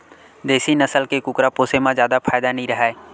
देसी नसल के कुकरा पोसे म जादा फायदा नइ राहय